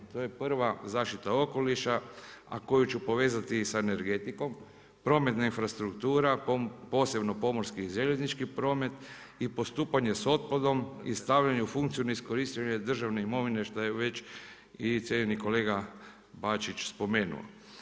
To je prva, zaštita okoliša, a koju ću povezati i sa energetikom, prometna infrastruktura, posebno pomorski i željeznički promet i postupanje s otpadom i stavljanje u funkciju neiskorištene državne imovine što je već i cijenjeni kolega Bačić spomenuo.